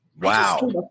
Wow